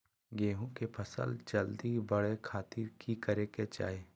गेहूं के फसल जल्दी बड़े खातिर की करे के चाही?